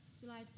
July